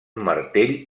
martell